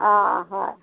অঁ হয়